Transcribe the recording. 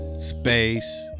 space